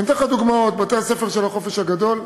אתן לך דוגמאות: בתי-הספר של החופש הגדול,